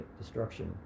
destruction